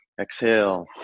Exhale